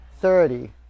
thirty